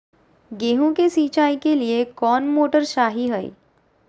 गेंहू के सिंचाई के लिए कौन मोटर शाही हाय?